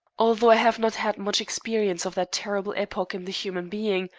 although i have not had much experience of that terrible epoch in the human being,